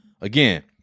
Again